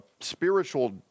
spiritual